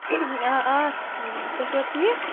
آ آ ٹھیٖک تُہۍ چھُوا ٹھیٖک